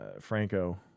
Franco